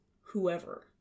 Whoever